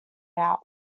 out